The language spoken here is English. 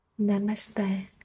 Namaste